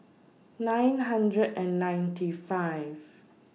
nine hundred and ninety five